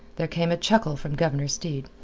there came a chuckle from governor steed.